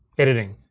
editing.